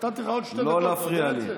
נתתי לך עוד שתי דקות, אתה יודע את זה?